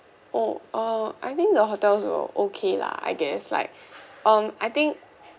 oh uh I think the hotels were okay lah I guess like um I think